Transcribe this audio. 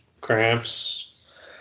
cramps